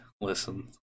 listen